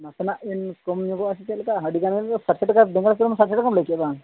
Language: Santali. ᱱᱟᱥᱮᱱᱟᱜ ᱵᱮᱱ ᱠᱚᱢ ᱧᱚᱜᱚᱜᱼᱟ ᱥᱮ ᱪᱮᱫ ᱞᱮᱠᱟ ᱟᱹᱰᱤ ᱜᱟᱱ ᱯᱟᱸᱪᱥᱚ ᱴᱟᱠᱟ ᱵᱮᱸᱜᱟᱲ ᱠᱚ ᱥᱟᱴᱮ ᱴᱟᱠᱟᱢ ᱞᱟᱹᱭ ᱠᱮᱜᱼᱟ ᱵᱟᱝ